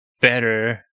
better